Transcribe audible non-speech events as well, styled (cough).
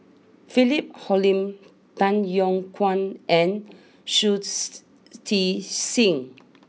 Philip Hoalim Tay Yong Kwang and Shui (unintelligible) Tit sing